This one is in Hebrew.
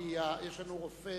כי יש לנו רופא